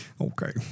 Okay